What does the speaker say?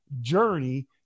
journey